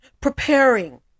preparing